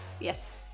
yes